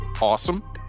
awesome